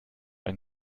ein